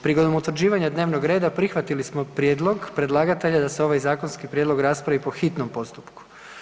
Prigodom utvrđivanja dnevnog reda prihvatili smo prijedlog predlagatelja da se ovaj zakonski prijedlog raspravi po hitnom postupku.